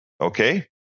Okay